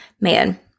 man